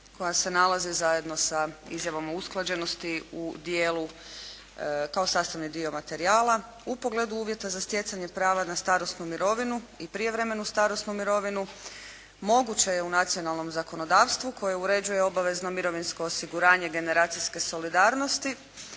koja se nalazi zajedno sa izjavama o usklađenosti u dijelu kao sastavni dio materijala u pogledu uvjeta za stjecanje prava na starosnu mirovinu i prijevremenu starosnu mirovinu moguće je u nacionalnom zakonodavstvu koje uređuje obavezno mirovinsko osiguranje generacijske solidarnosti